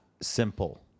simple